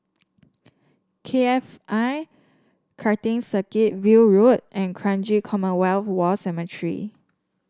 K F I Karting Circuit View Road and Kranji Commonwealth War Cemetery